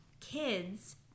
kids